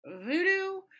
Voodoo